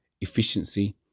Efficiency